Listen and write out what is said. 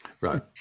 Right